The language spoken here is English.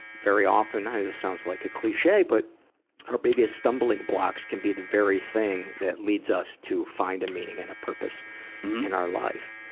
very often this sounds like a cliche but our biggest stumbling blocks can be the very thing that leads us to find a meaning and a purpose in our life.